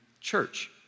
church